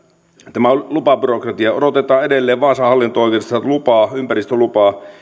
tämä lupabyrokratia odotetaan edelleen vaasan hallinto oikeudesta ympäristölupaa